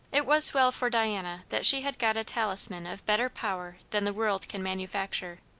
it was well for diana that she had got a talisman of better power than the world can manufacture.